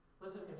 Listen